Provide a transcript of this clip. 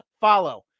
follow